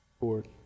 board